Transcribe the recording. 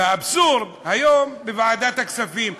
והאבסורד, היום בוועדת הכספים,